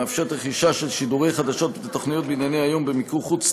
המאפשרת רכישה של שידורי חדשות ותוכניות בענייני היום במיקור חוץ,